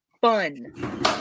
fun